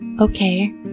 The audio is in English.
Okay